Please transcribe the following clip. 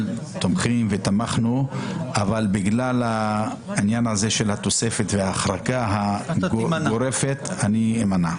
לגבי התיקון לתוספת השמינית, אמרנו קודם.